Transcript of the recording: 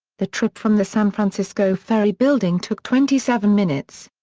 the trip from the san francisco ferry building took twenty seven minutes.